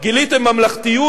גיליתם ממלכתיות.